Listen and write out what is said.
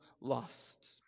lost